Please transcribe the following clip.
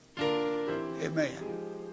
Amen